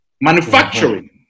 manufacturing